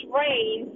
rain